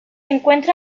encuentra